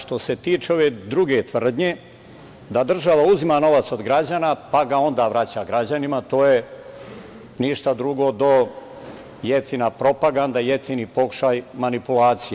Što se tiče ove druge tvrdnje, da država uzima novac od građana, pa ga onda vraća građanima, to je ništa drugo do jeftina propaganda, jeftini pokušaj manipulacije.